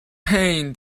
pain